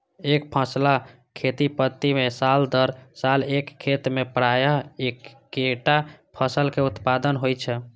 एकफसला खेती पद्धति मे साल दर साल एक खेत मे प्रायः एक्केटा फसलक उत्पादन होइ छै